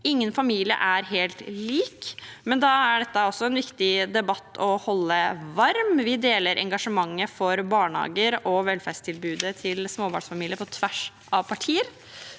Ingen familier er helt like. Da er dette også en viktig debatt å holde varm. Vi deler engasjementet for barnehager og velferdstilbudet til småbarnsfamilier på tvers av partier.